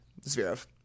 Zverev